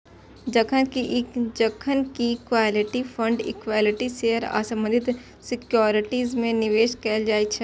जखन कि equity fund equity share आ संबंधित सिक्योरिटीज मे निवेश कैल जाइ छै